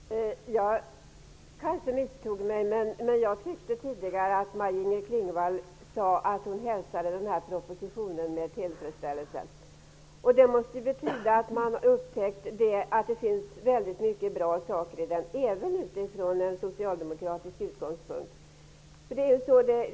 Fru talman! Jag kanske misstog mig men jag tyckte att Maj-Inger Klingvall tidigare sade att hon hälsade den här propositionen med tillfredsställelse. Det måste betyda att man har upptäckt att där föreslås väldigt många bra saker, även utifrån socialdemokratisk utgångspunkt.